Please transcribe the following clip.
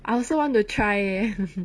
I also want to try leh